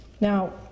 Now